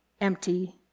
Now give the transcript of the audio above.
empty